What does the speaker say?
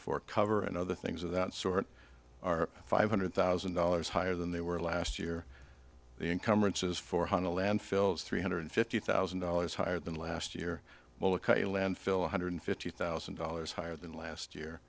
for cover and other things of that sort are five hundred thousand dollars higher than they were last year the incumbrances four hundred and fills three hundred fifty thousand dollars higher than last year landfill one hundred fifty thousand dollars higher than last year